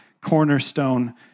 cornerstone